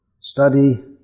study